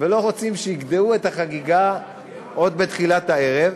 ולא רוצים שיגדעו את החגיגה עוד בתחילת הערב,